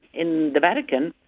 in the vatican,